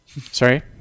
Sorry